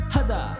Hada